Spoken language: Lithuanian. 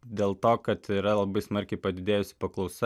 dėl to kad yra labai smarkiai padidėjusi paklausa